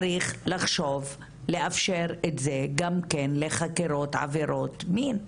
צריך לחשוב לאפשר את זה גם כן לחקירות עבירות מין.